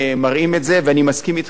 הבעיה הזאת שאתה מדבר עליה,